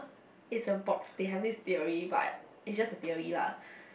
is a box they have this theory but it's just a theory lah